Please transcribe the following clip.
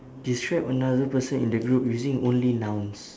describe another person in the group using only nouns